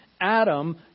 Adam